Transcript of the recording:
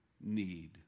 need